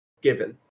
Given